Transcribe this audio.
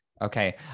Okay